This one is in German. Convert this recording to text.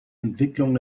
entwicklung